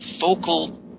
focal